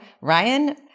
Ryan